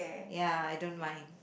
ya I don't mind